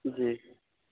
جی